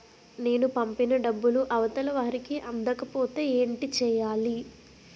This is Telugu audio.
నేను పంపిన డబ్బులు అవతల వారికి అందకపోతే ఏంటి చెయ్యాలి?